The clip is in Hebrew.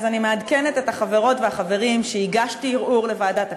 אז אני מעדכנת את החברות והחברים שהגשתי ערעור לוועדת הכנסת,